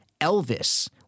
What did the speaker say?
Elvis